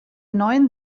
neuen